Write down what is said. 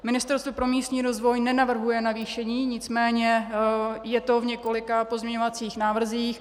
Ministerstvo pro místní rozvoj nenavrhuje navýšení, nicméně je to v několika pozměňovacích návrzích.